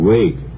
Wait